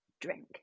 drink